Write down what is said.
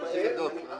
עבר.